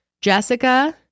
Jessica